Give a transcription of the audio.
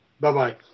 Bye-bye